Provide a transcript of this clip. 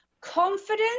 Confidence